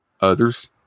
others